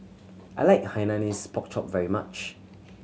I like Hainanese Pork Chop very much